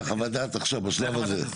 זו חוות הדעת עכשיו, בשלב הזה.